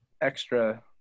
extra